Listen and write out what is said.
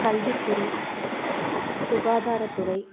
கல்வித்துறை சுகாதாரத்துறை